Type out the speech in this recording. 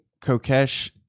Kokesh